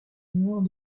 meurt